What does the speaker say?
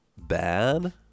bad